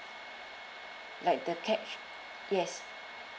like the cash yes